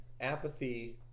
Apathy